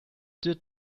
did